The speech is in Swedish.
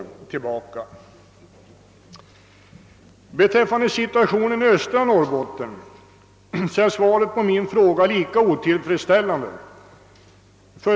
Beträffande situationen i östra Norrbotten är svaret på min fråga lika otillfredsställande.